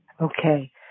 Okay